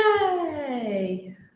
Yay